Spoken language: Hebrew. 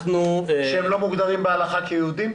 שהם לא מוגדרים בהלכה כיהודים?